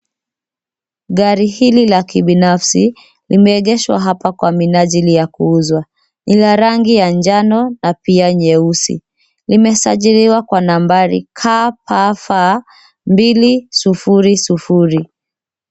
Gari hili la kibinafsi limeegeshwa hapa kwa minajili ya kuuzwa, lina rangi ya njano na pia nyeusi, limesajiliwa kwa nambari KPF 200.